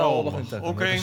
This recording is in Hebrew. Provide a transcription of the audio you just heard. אוקיי,